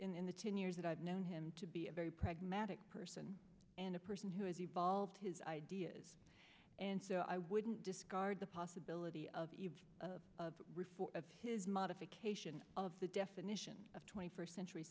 be in the ten years that i've known him to be a very pragmatic person and a person who has evolved his ideas and so i wouldn't discard the possibility of eve of reform of his modification of the definition of twenty first century